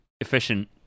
efficient